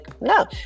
no